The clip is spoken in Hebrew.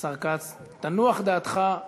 השר כץ, תנוח דעתך.